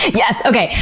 yes! okay,